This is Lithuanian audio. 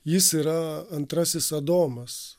jis yra antrasis adomas